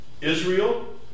Israel